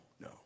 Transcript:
no